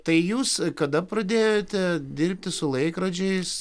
tai jūs kada pradėjote dirbti su laikrodžiais